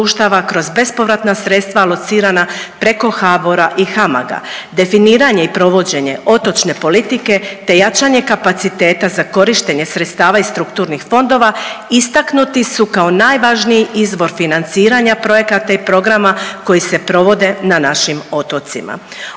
kroz bespovratna sredstva alocirana preko HBOR-a i HAMAG-a. Definiranje i provođenje otočne politike, te jačanje kapaciteta za korištenje sredstava iz strukturnih fondova istaknuti su kao najvažniji izvor financiranja projekata i programa koji se provode na našim otocima.